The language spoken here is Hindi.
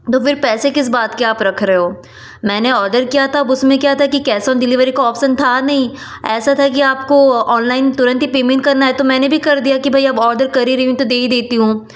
तो फिर पैसे किस बात का आप रख रहे हो मैंने ऑर्डर किया था उसमें क्या था कि कैश ऑन डिलीभरी का ऑप्शन था नहीं ऐसा था कि आपको ऑनलाइन तुरंत ही पेमेंट करना है तो मैंने भी कर दिया की भाई अब ऑर्डर कर ही रही हूँ तो दे ही देती हूँ